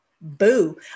Boo